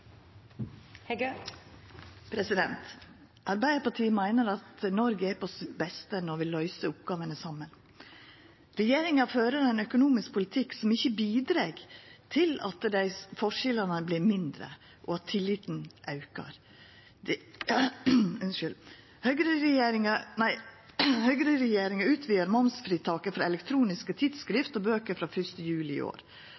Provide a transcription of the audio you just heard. på sitt beste når vi løyser oppgåvene saman. Regjeringa fører ein økonomisk politikk som ikkje bidreg til at forskjellane vert mindre og at tilliten aukar. Høgreregjeringa utvidar momsfritaket for elektroniske tidsskrift og bøker frå 1. juli i år.